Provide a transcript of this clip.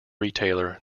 retailer